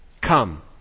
Come